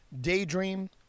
Daydream